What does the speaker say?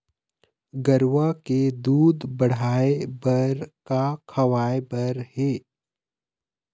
गरवा के दूध बढ़ाये बर का खवाए बर हे?